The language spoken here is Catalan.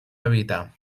habitar